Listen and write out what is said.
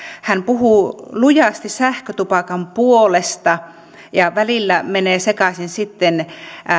hän puhuu lujasti sähkötupakan puolesta ja välillä menee sekaisin sitten